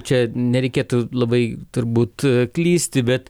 čia nereikėtų labai turbūt klysti bet